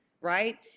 Right